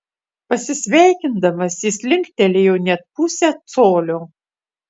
pasisveikindamas jis linktelėjo net pusę colio